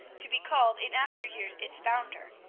to be called in after years its founder,